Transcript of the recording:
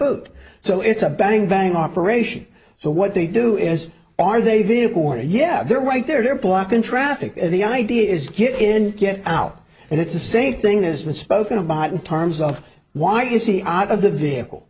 vote so it's a bang bang operation so what they do is are they vehicle or yeah they're right there they're blocking traffic and the idea is get in get out and it's the same thing as with spoken about in terms of why is he out of the vehicle